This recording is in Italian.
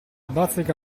bazzica